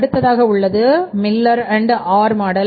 அடுத்ததாக உள்ளது Miller and Orr model